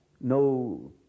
No